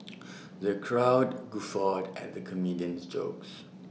the crowd guffawed at the comedian's jokes